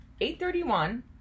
831